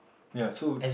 ya so